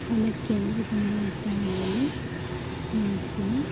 ಅವಲಕ್ಕಿ ಅಂದರೆ ತುಂಬ ಇಷ್ಟ ಮನೆಯಲ್ಲಿ ಮಾಡ್ತೀನಿ